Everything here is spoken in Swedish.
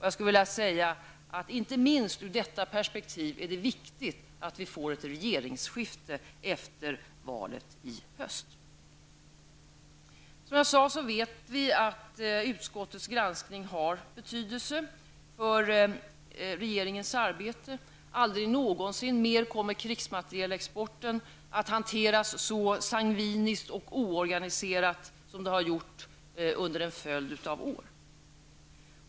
Jag skulle vilja säga att det inte minst ur detta perspektiv är viktigt att vi efter valet i höst får ett regeringsskifte. Som sagt vet vi att utskottets granskning har betydelse för regeringens arbete. Aldrig någonsin mer kommer krigsmaterielexporten att hanteras så sangviniskt och oorganiserat som fallet har varit under en följd av år.